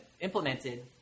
implemented